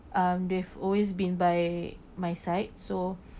um they've always been by my side so